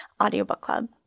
audiobookclub